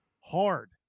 hard